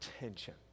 attention